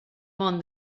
món